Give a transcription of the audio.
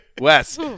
Wes